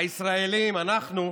הישראלים, אנחנו,